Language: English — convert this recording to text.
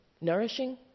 nourishing